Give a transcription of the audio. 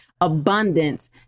abundance